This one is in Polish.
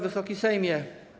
Wysoki Sejmie!